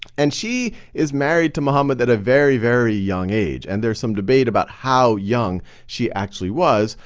and she is married to muhammad at a very, very young age, and there's some debate about how young she actually was.